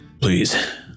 please